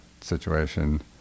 situation